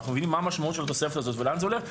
אנחנו מבינים מה המשמעות של התוספת הזאת ולאן זה הולך,